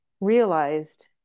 realized